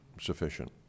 sufficient